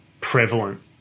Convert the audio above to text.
prevalent